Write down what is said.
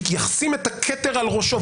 ישים את הכתר על ראשו,